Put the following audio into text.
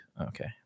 Okay